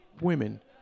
Women